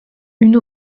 une